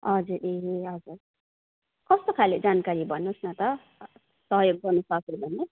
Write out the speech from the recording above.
हजुर ए हजुर कस्तो खाले जानकारी भन्नुहोस् न त सहयोग गर्नु सके भने